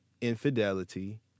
infidelity